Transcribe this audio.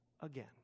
again